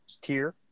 tier